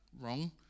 wrong